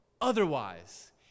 otherwise